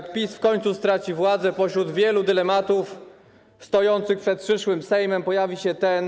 Gdy PiS w końcu straci władzę, pośród wielu dylematów stojących przed przyszłym Sejmem pojawi się ten.